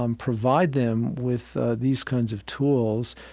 um provide them with these kinds of tools,